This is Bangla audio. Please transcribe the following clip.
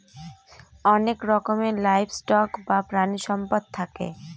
অনেক রকমের লাইভ স্টক বা প্রানীসম্পদ থাকে